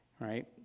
right